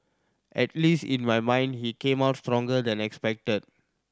at least in my mind he came out stronger than expected